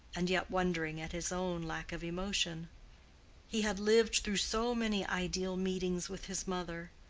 and yet wondering at his own lack of emotion he had lived through so many ideal meetings with his mother,